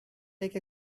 take